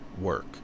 work